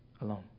alone